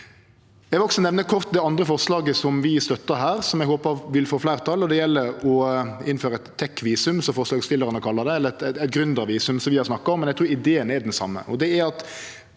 Eg vil også kort nemne det andre forslaget vi støttar her, som eg håpar vil få fleirtal. Det gjeld å innføre eit tech-visum, som forslagsstillarane kallar det, eller eit gründervisum, som vi har snakka om, men eg trur ideen er den same.